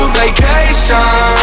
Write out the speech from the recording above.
vacation